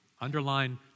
underline